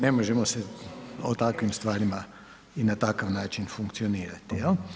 Ne možemo se o takvim stvarima i na takav način funkcionirati, jel?